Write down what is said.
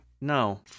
No